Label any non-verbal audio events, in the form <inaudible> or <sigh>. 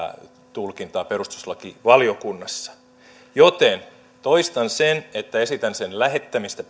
tulkintaa perustuslakivaliokunnassa joten toistan sen että esitän sen lähettämistä <unintelligible>